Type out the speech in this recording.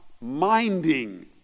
minding